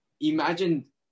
imagine